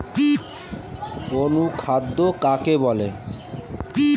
অনুখাদ্য কাকে বলে?